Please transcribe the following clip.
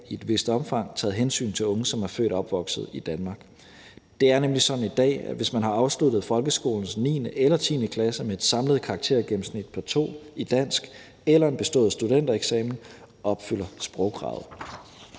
i et vist omfang taget hensyn til unge, som er født og opvokset i Danmark. Det er nemlig sådan i dag, at hvis man har afsluttet folkeskolens 9. eller 10. klasse med et samlet karaktergennemsnit på 2 i dansk eller har en bestået studentereksamen, så opfylder man sprogkravet,